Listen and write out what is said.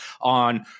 on